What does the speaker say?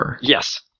Yes